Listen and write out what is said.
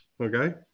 Okay